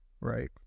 Right